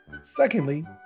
Secondly